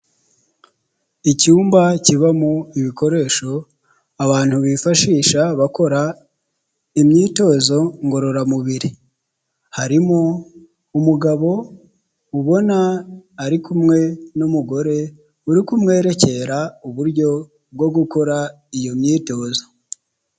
Icyumba kibamo ibikoresho abantu bifashisha bakora imyitozo ngororamubiri, harimo umugabo ubona ari kumwe n'umugore uri kumwerekera uburyo bwo gukora iyo myitozo.